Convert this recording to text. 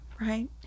Right